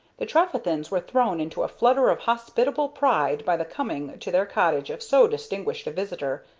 the trefethens were thrown into a flutter of hospitable pride by the coming to their cottage of so distinguished a visitor,